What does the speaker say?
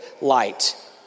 light